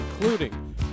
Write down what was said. including